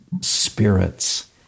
spirits